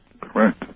Correct